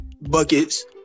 buckets